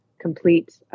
complete